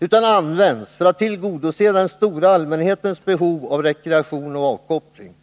utan används för att tillgodose den stora allmänhetens behov av rekreation och avkoppling.